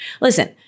listen